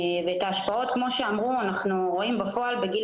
את ההשפעות שלהם כמו שאמרו אנחנו רואים בפועל בגיל